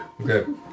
Okay